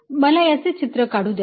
dl VV मला याचे चित्र काढू द्या